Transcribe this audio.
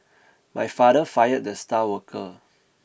my father fired the star worker